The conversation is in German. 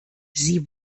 sie